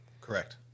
Correct